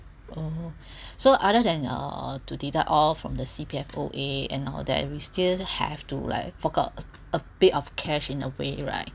oh so other than uh to deduct all from the C_P_F O_A and all that we still have to like fork out uh a bit of cash in a way right